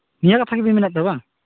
ᱱᱤᱭᱟᱹ ᱠᱟᱛᱷᱟ ᱜᱮᱵᱤᱱ ᱢᱮᱱᱮᱛ ᱛᱟᱦᱮᱱ ᱵᱟᱝ